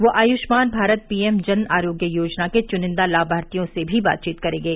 वे Ayushman Bharat PM Jan Arogya Yojana के चुनिंदा लाभार्थियों से भी बातचीत करेंगे